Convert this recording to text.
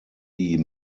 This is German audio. die